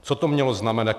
Co to mělo znamenat?